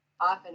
Often